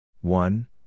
one